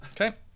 Okay